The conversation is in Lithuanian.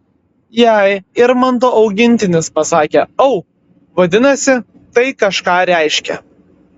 jei irmanto augintinis pasakė au vadinasi tai kažką reiškia